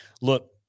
look